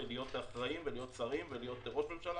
להיות אחראים ולהיות שרים ולהיות ראש ממשלה,